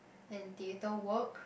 and theatre work